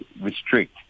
restrict